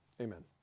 Amen